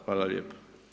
Hvala lijepo.